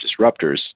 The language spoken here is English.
disruptors